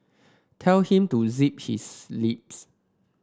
tell him to zip his lips